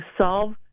solve